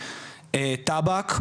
טבק,